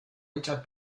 richard